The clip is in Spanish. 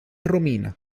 romina